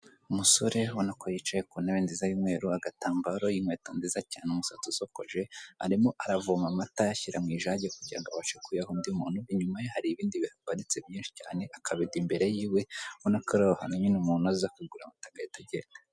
Umusore ubona ko yicaye ku ntebe nziza y'umweru, agatambaro, inkweto nziza cyane, umusatsi usokoje, arimo aravoma amata ayashyira mu ijage kugira ngo abashe kuyaha undi muntu, inyuma ye hari ibindi bihaparitse byinshi cyane, akabido imbere yiwe, abona ko ari ahantu nyine umuntu aza akigurira amata agahita agenda.